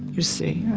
you see.